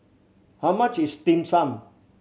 how much is Dim Sum